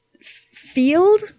field